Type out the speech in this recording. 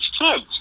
kids